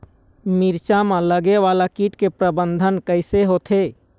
मिरचा मा लगे वाला कीट के प्रबंधन कइसे होथे?